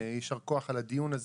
יישר כוח על הדיון הזה,